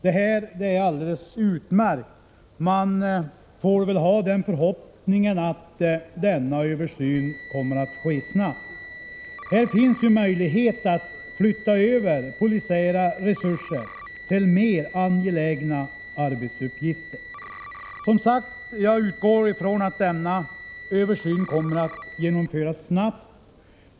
Detta är alldeles utmärkt. Man får väl ha den förhoppningen att denna översyn sker snabbt. Här finns ju möjlighet att flytta över polisiära resurser till mer angelägna arbetsuppgifter. Jag utgår som sagt ifrån att denna översyn kommer att genomföras snabbt.